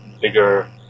bigger